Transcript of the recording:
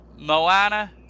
Moana